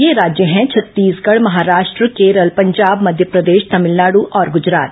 ये राज्य हैं छत्तीसगढ़ महाराष्ट्र केरल पंजाब मध्य प्रदेश तमिलनाड़ और गुजरात